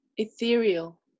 ethereal